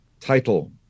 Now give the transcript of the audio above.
title